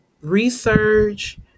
research